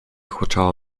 huczało